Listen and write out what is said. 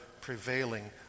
prevailing